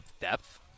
depth